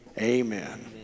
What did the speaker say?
Amen